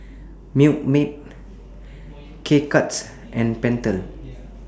Milkmaid K Cuts and Pentel